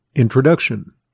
INTRODUCTION